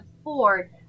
afford